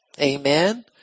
Amen